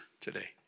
today